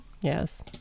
yes